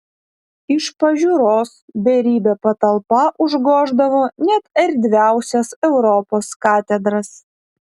iš pažiūros beribė patalpa užgoždavo net erdviausias europos katedras